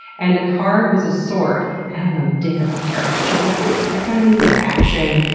and the card was a sword, and i don't know dick about tarot, but she was like, oh! that kinda kind of means like action,